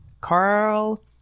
Carl